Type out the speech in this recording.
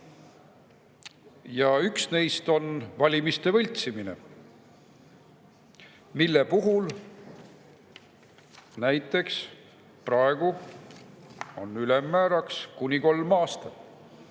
Üks neist on valimiste võltsimine, mille puhul näiteks praegu on ülemmääraks kuni kolm aastat.